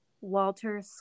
Walter